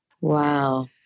Wow